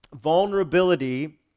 vulnerability